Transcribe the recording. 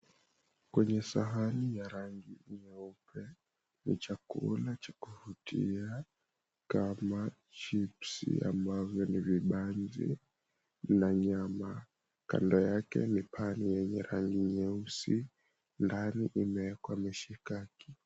Kwenye sahani ya rangi nyeupe ni chakula cha kuvutia kama chips ambavyo ni vibanzi na nyama kando yake ni pan yenye rangi nyeusi ndani imeekwa mishikaki.